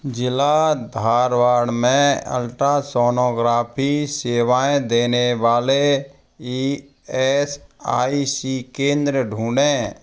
ज़िला धारवाड़ में अल्ट्रासोनोग्राफ़ी सेवाएँ देने वाले ई एस आई सी केंद्र ढूँढें